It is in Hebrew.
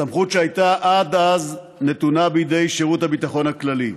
סמכות שהייתה נתונה עד אז בידי שירות הביטחון הכללי.